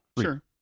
Sure